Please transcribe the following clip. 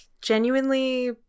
genuinely